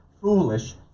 foolish